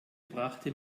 brachte